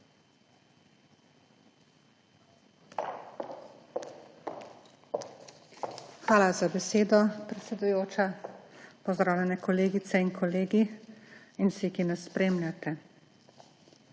Hvala za besedo, predsedujoča. Pozdravljene kolegice in kolegi in vsi, ki nas spremljate!